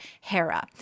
Hera